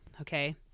okay